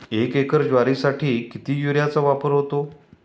एक एकर ज्वारीसाठी किती युरियाचा वापर होतो?